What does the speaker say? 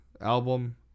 album